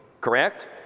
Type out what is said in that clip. correct